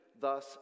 Thus